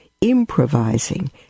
improvising